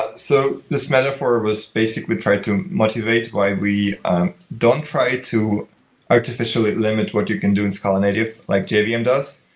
ah so this metaphor was basically tried to motivate why we don't try to artificially limit what you can do in scala-native like jvm yeah does.